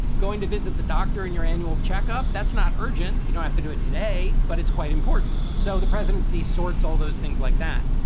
going to visit the doctor in your annual checkup. that's not urgent. you know, have to do it today, but it's quite important. so the presidency sorts all those things like that.